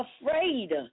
afraid